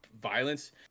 violence